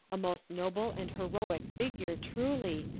a most noble and heroic figure truly,